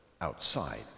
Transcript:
outside